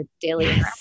daily